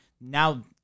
now